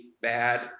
bad